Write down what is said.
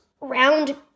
round